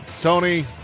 Tony